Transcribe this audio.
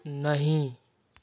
नहीं